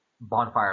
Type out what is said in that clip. Bonfire